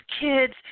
kids